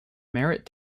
merritt